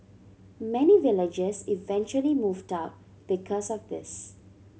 many villagers eventually moved out because of this